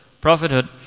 prophethood